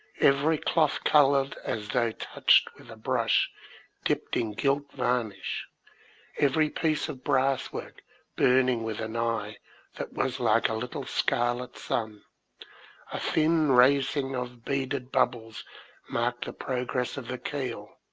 every cloth coloured as though touched with a brush dipped in gilt varnish every piece of brass work burning with an eye that was like a little scarlet sun a thin racing of beaded bubbles marked the pro gress of the keel,